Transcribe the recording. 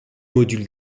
modules